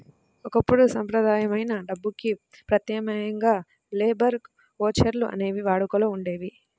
ఒకప్పుడు సంప్రదాయమైన డబ్బుకి ప్రత్యామ్నాయంగా లేబర్ ఓచర్లు అనేవి వాడుకలో ఉండేయి